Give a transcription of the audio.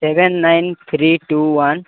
seven nine three two one